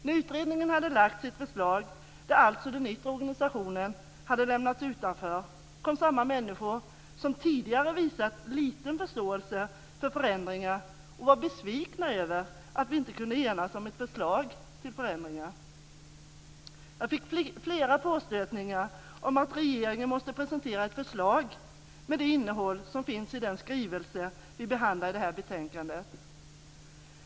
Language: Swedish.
När utredningen hade lagt fram sitt förslag - där alltså den yttre organisationen hade lämnats utanför - kom samma människor som tidigare visat liten förståelse för förändringar och var besvikna över att vi inte kunnat enas om ett förslag till förändringar. Jag fick flera påstötningar om att regeringen måste presentera ett förslag med det innehåll som finns i den skrivelse som vi behandlar i det här betänkandet.